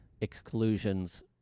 exclusions